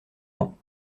ans